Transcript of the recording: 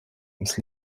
ums